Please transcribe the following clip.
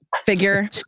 figure